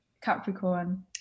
Capricorn